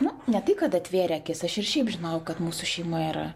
nu ne tai kad atvėrė akis aš ir šiaip žinojau kad mūsų šeimoje yra